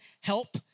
help